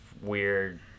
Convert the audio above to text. weird